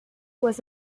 was